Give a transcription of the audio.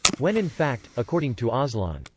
when in fact, according to ah aslan,